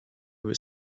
were